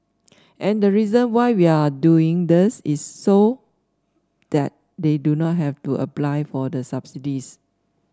and the reason why we are doing this is so that they do not have to apply for the subsidies